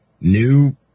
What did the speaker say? New